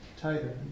tighter